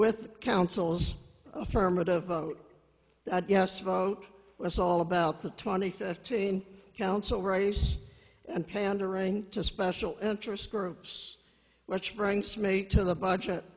with councils affirmative yes vote was all about the twenty fifteen council race and pandering to special interest groups which brings me to the budget